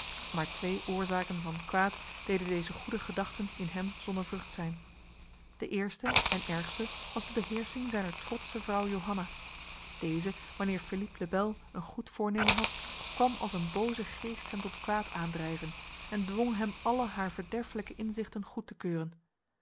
maar twee oorzaken van kwaad deden deze goede gedachten in hem zonder vrucht zijn de eerste en ergste was de beheersing zijner trotse vrouw johanna deze wanneer philippe le bel een goed voornemen had kwam als een boze geest hem tot kwaad aandrijven en dwong hem alle haar verderfelijke inzichten goed te keuren